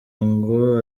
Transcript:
ngo